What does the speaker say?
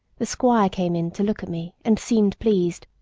the squire came in to look at me, and seemed pleased.